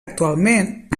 actualment